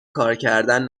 کارکردن